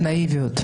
גבוהה.